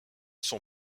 son